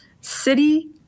city